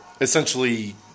essentially